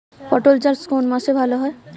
পাট চাষ কোন মাসে ভালো হয়?